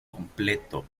completo